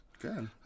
Good